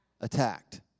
Attacked